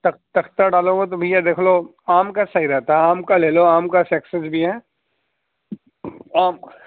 تخ تختہ ڈالو گے تو بھیا دیکھ لو آم کا صحیح رہتا ہے آم کا لے لو آم کا سکسیز بھی ہے آم